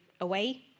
away